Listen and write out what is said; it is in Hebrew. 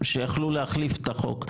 שיכלו להחליף את החוק,